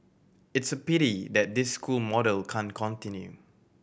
it's a pity that this school model can't continue